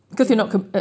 kan